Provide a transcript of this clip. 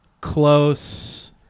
close